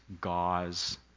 gauze